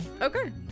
Okay